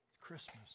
Christmas